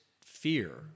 fear